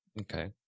Okay